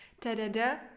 da-da-da